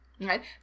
right